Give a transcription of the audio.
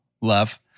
love